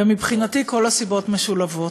ומבחינתי כל הסיבות משולבות.